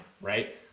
right